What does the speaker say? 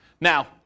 Now